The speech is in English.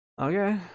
Okay